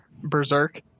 berserk